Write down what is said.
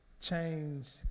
change